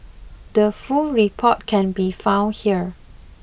the full report can be found here